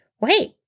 wait